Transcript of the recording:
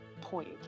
point